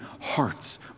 hearts